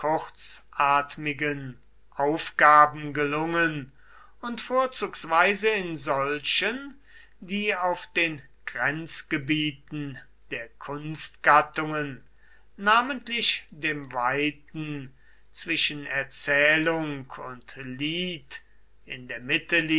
kurzatmigen aufgaben gelungen und vorzugsweise in solchen die auf den grenzgebieten der kunstgattungen namentlich dem weiten zwischen erzählung und lied in der